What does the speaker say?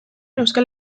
euskal